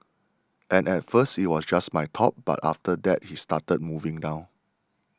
and at first it was just my top but after that he started moving down